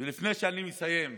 לפני שאני מסיים,